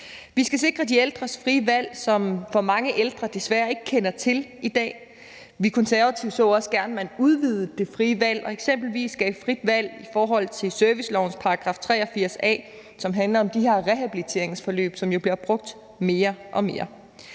Vi skal sikre de ældres frie valg, som for mange ældre desværre ikke kender til i dag. Vi i Konservative så også gerne, at man udvidede det frie valg og eksempelvis gav frit valg i forhold til servicelovens § 83 a, som handler om de her rehabiliteringsforløb, som jo bliver brugt mere og mere.